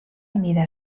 mida